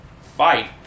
fight